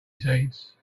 seeds